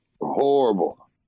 Horrible